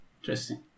Interesting